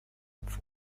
its